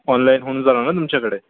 online होऊन जाणार ना तुमच्याकडे